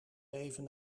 leven